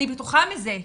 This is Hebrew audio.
אני בטוחה בזה,